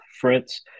Fritz